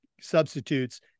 substitutes